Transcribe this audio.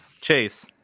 chase